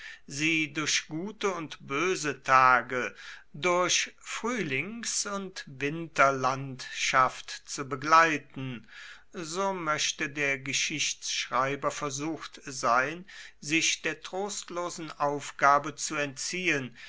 sie durch gute und böse tage durch frühlings und winterlandschaft zu begleiten so möchte der geschichtschreiber versucht sein sich der trostlosen aufgabe zu entziehen